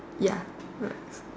ya right